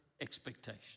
expectation